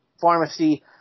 pharmacy